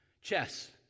Chess